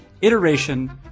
iteration